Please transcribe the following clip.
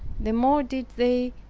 the more did they,